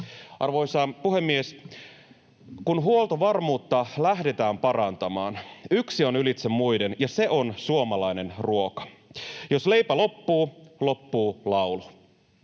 Arvoisa puhemies! Kun huoltovarmuutta lähdetään parantamaan, yksi on ylitse muiden, ja se on suomalainen ruoka. Jos leipä loppuu, loppuu laulu.